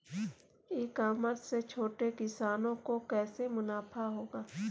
ई commerce से छोटे किसानों को कैसे मुनाफा होगा?